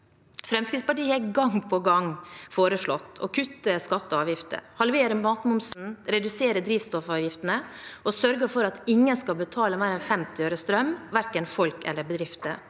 Fremskrittspartiet har gang på gang foreslått å kutte skatter og avgifter, halvere matmomsen, redusere drivstoffavgiftene og sørge for at ingen skal betale mer enn 50 øre for strøm, verken folk eller bedrifter.